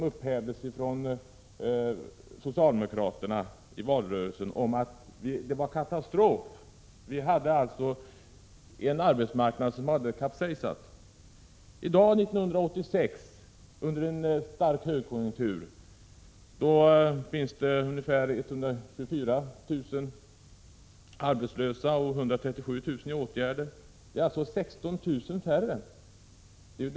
Då upphävde socialdemokraterna avgrundsvrål i valrörelsen och menade att det var katastrof och att arbetsmarknaden hade kapsejsat. I dag 1986 under en stark högkonjunktur finns det ungefär 124 000 arbetslösa och 137 000 personer i åtgärder, alltså 16 000 färre än 1982.